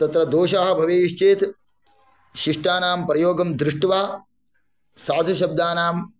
तत्र दोषाः भवेयुश्चेत् शिष्टानां प्रयोगं दृष्ट्वा साधुशब्दानां